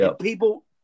People